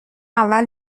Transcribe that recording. اول